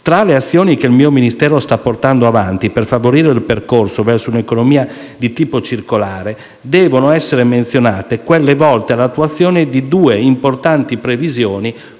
Tra le azioni che il mio Ministero sta portando avanti per favorire il percorso verso un'economia di tipo circolare, devono essere menzionate quelle volte all'attuazione di due importanti previsioni